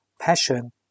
passion